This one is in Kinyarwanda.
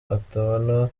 atabona